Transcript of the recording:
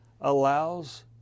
allows